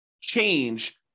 change